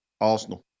Arsenal